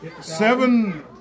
Seven